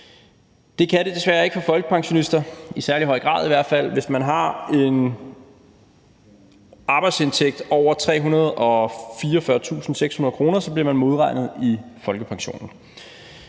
Det kan det desværre ikke for folkepensionister, i hvert fald ikke i særlig høj grad. Hvis man har en arbejdsindtægt på over 344.600 kr., bliver man modregnet i folkepensionen.